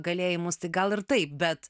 galėjimus tai gal ir taip bet